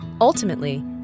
Ultimately